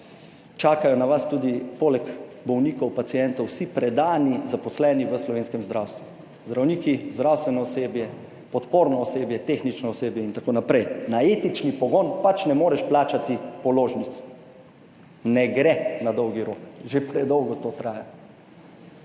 čakajo na vas tudi poleg bolnikov, pacientov, vsi predani zaposleni v slovenskem zdravstvu, zdravniki, zdravstveno osebje, podporno osebje, tehnično osebje, itn. Na etični pogon pač ne moreš plačati položnic. Ne gre na dolgi rok, že predolgo to traja.